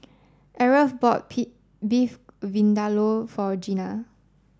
Aarav bought Beef Vindaloo for Gena